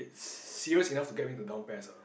serious enough to get me to down pes uh